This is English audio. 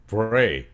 Pray